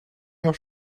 your